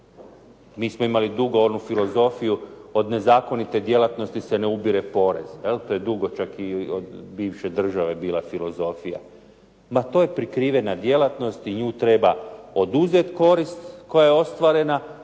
Mi smo imali dugo onu filozofiju, od nezakonite djelatnosti se ne ubire porez. To je dugo čak i od bivše države bila filozofija. Pa to je prikrivena djelatnost i nju treba oduzet korist koja je ostvarena,